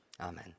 Amen